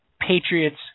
Patriots